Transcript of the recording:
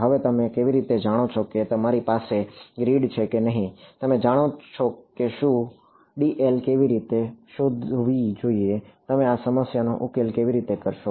હવે તમે કેવી રીતે જાણો છો કે તમારી પાસે ગ્રીડ છે કે નહીં તે તમે જાણો છો કે શું dl કેવી રીતે શોધવી જોઈએ તમે આ સમસ્યાનો ઉકેલ કેવી રીતે કરશો